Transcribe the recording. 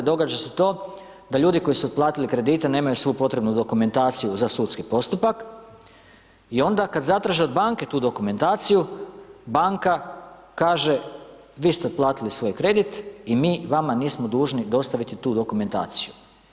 Događa se to da ljudi koji su otplatili kredite nemaju svu potrebnu dokumentaciju za sudski postupak i onda kad zatraže od banke tu dokumentaciju, banka kaže vi ste otplatili svoj kredit i mi vama nismo dužni dostaviti tu dokumentaciju.